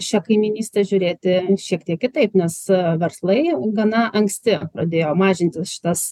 šia kaimynyste žiūrėti šiek tiek kitaip nes verslai gana anksti pradėjo mažinti šitas